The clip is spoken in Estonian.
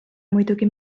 muidugi